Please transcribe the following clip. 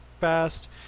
fast